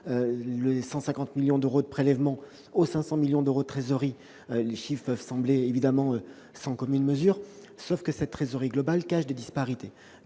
les 150 millions d'euros de prélèvement à ces 500 millions d'euros de trésorerie, les chiffres peuvent sembler sans commune mesure, sauf que cette trésorerie globale cache des disparités